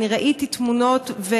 וראיתי תמונות,